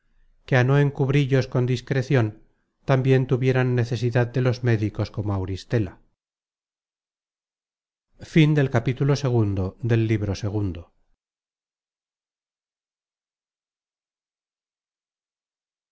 que á no encubrillos con discrecion tambien tuvieran necesidad de los médicos como auristela